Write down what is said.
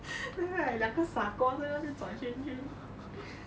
then like 两个傻瓜在那边转圈圈